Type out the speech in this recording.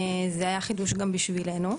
זה היה חידוש גם בשבילנו.